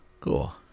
cool